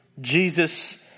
Jesus